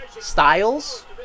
styles